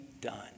done